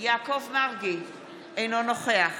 אינו נוכח